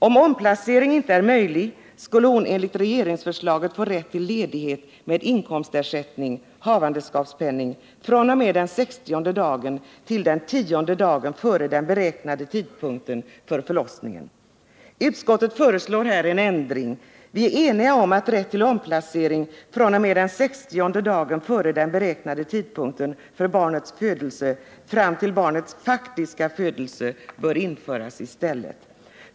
Om omplacering inte är möjlig skulle hon enligt regeringsförslaget få rätt till ledighet med inkomstersättning och havandeskapspenning fr.o.m. den sextionde dagen t.o.m. den tionde dagen före den beräknade tidpunkten för förlossningen. Utskottet föreslår här en ändring. Vi är eniga om att rätt till omplacering fr.o.m. den sextionde dagen före den beräknade tidpunkten för barnets födelse fram till barnets faktiska födelse bör införas i stället.